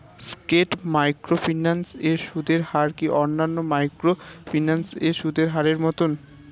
স্কেট microfinance এর সুদের হার কি অন্যান্য মাইক্রোফিন্যান্স এর সুদের হারের মতন?